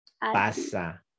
Pasa